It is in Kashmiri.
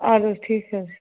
اَدٕ حظ ٹھیٖک حظ